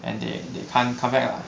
and they they can't come back lah